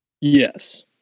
Yes